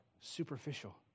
superficial